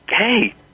hey